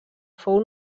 fou